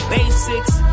Basics